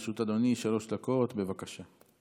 לרשות אדוני שלוש דקות, בבקשה.